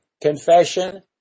confession